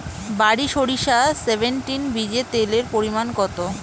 বারি সরিষা সেভেনটিন বীজে তেলের পরিমাণ কত?